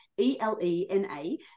E-L-E-N-A